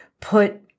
put